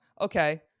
okay